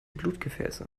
blutgefäße